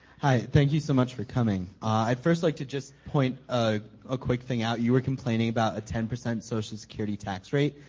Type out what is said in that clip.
hi, thank you so much for coming. at first, like to just point, ah a quick thing out, you were complaining about a ten percent social security tax rate.